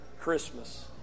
Christmas